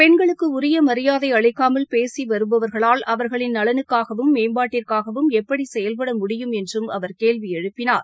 பென்களுக்கு உரிய மரியாதை அளிக்காமல் பேசி வருபவர்களால் அவர்களின் நலனுக்காகவும் மேம்பாட்டிற்காகவும் எப்படி செயல்பட முடியும் என்றும் கேள்வி எழுப்பினார்